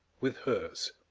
with hers